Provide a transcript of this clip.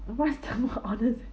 one time or others